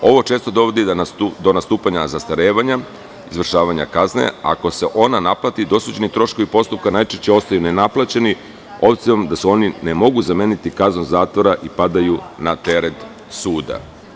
Ovo često dovodi do nastupanja zastarevanja, izvršavanja kazne, ako se ona naplati, dosuđeni troškovi postupka najčešće ostaju nenaplaćeni, obzirom da se oni ne mogu zameniti kaznom zatvora i padaju na teret suda.